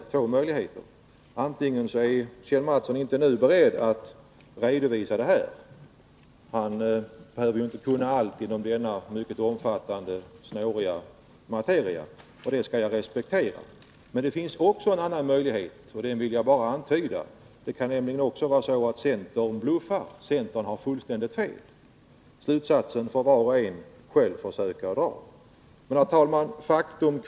Den ena möjligheten är att Kjell Mattsson inte nu är beredd att redovisa det — han behöver ju inte kunna allt inom denna mycket omfattande och snåriga materia. Det skall jag i så fall respektera. Den andra möjligheten vill jag bara antyda: Det kan vara så att centern bluffar och har fullständigt fel. Vilket som är riktigt får var och en själv försöka räkna ut. Herr talman!